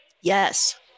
Yes